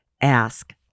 Ask